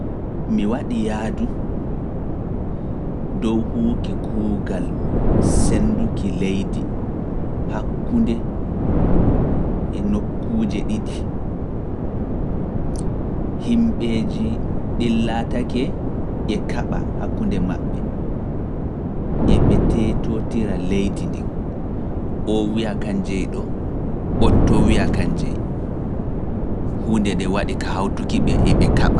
Mi waɗi yaadu dow huwuki kuugal sennduki leydi hakkunde e nokkuuje ɗiɗi. Himbeeji ɗin laatake e kaɓa hakkunde maɓɓe, e ɓe teetootira leydi ndin, o wiya kan jey ɗo, oto wiya kan jey. Huunde nden waɗi ka hawtuki ɓe e ɓe kaɓa.